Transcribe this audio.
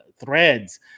Threads